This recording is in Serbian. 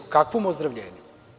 Kakvom ozdravljenju?